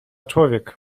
człowiek